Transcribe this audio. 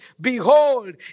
Behold